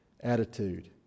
attitude